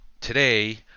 Today